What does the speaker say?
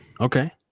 Okay